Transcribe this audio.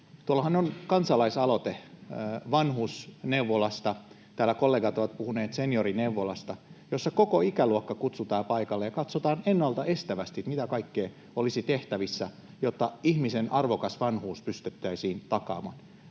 Meillähän on kansalaisaloite vanhusneuvolasta — täällä kollegat ovat puhuneet seniorineuvolasta — jossa koko ikäluokka kutsutaan paikalle ja katsotaan ennalta estävästi, mitä kaikkea olisi tehtävissä, jotta ihmisen arvokas vanhuus pystyttäisiin takaamaan.